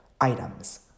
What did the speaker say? items